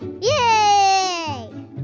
Yay